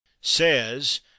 says